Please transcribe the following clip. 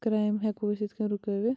crime ہیٚکو أس یِتھ کٔنۍ رُکٲیِتھ